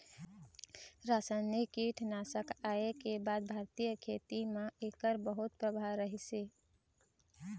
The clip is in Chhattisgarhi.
रासायनिक कीटनाशक आए के बाद भारतीय खेती म एकर बहुत प्रभाव रहीसे